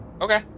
Okay